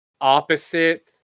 opposite